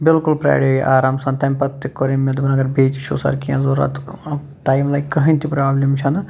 بلکل پرٛاریو یہِ آرام سان تَمہِ پَتہٕ تہِ کوٚر أمۍ مےٚ دوٚپُن اگر بیٚیہِ تہِ چھُ سر کینٛہہ ضوٚرَتھ ٹایم لَگہِ کٕہٕنۍ تہِ پرٛابلِم چھَنہٕ